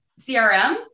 CRM